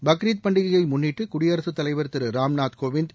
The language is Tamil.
பக்ரீத் பண்டிகையை முன்னிட்டு குடியரசு தலைவர் திரு ராம்நாத் கோவிந்த்